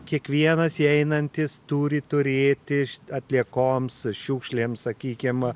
kiekvienas įeinantis turi turėti atliekoms šiukšlėms sakykim